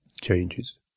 changes